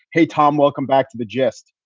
hey, tom, welcome back to the gist.